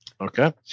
Okay